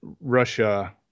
Russia